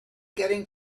getting